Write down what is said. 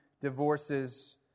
divorces